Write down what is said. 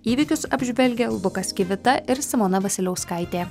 įvykius apžvelgė lukas kivita ir simona vasiliauskaitė